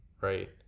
right